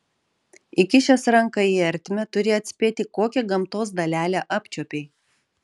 įkišęs ranką į ertmę turi atspėti kokią gamtos dalelę apčiuopei